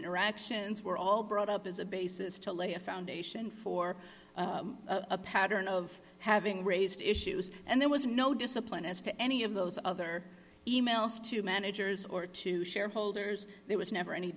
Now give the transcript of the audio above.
interactions were all brought up as a basis to lay a foundation for a pattern of having raised issues and there was no discipline as to any of those other emails to managers or to shareholders there was never any